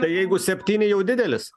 tai jeigu septyni jau didelis